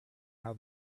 how